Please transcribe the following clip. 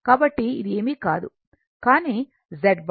కాబట్టి ఇది ఏమీ కాదు కానీ Z బార్